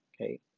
Okay